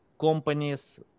companies